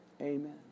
Amen